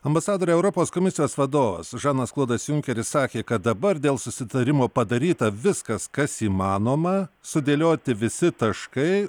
ambasadore europos komisijos vadovas žanas klodas junkeris sakė kad dabar dėl susitarimo padaryta viskas kas įmanoma sudėlioti visi taškai